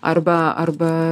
arba arba